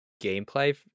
gameplay